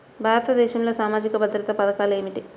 భారతదేశంలో సామాజిక భద్రతా పథకాలు ఏమిటీ?